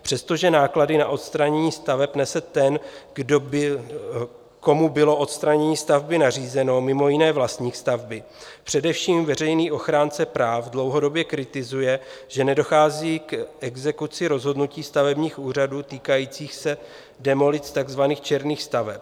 Přestože náklady na odstranění staveb nese ten, komu bylo odstranění stavby nařízeno, mimo jiné vlastník stavby, především veřejný ochránce práv dlouhodobě kritizuje, že nedochází k exekuci rozhodnutí stavebních úřadů týkajících se demolic takzvaných černých staveb.